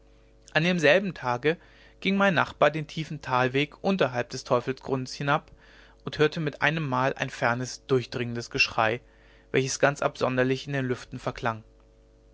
an demselben tage ging mein nachbar den tiefen talweg unterhalb des teufelsgrundes hinab und hörte mit einemmal ein fernes durchdringendes geschrei welches ganz absonderlich in den lüften verklang